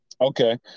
Okay